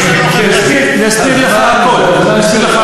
שבעצם משקפות בסופו של דבר את האפליה הקשה,